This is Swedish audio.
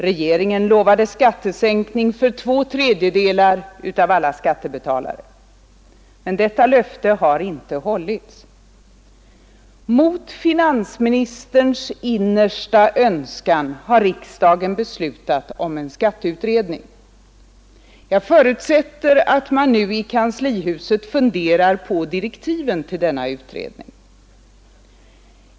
Regeringen lovade skattesänkning för två tredjedelar av alla skattebetalare. Men detta löfte har inte hållits. Mot finansministerns innersta önskan har riksdagen beslutat om en skatteutredning. Jag förutsätter att man nu i kanslihuset funderar på direktiven till denna utredning.